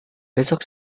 besok